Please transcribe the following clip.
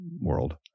world